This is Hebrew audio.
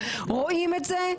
רואים את זה.